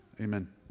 amen